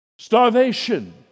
Starvation